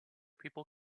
people